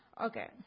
Okay